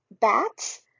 bats